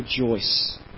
rejoice